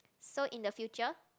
so in the future